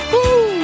Woo